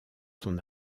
son